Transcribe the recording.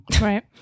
Right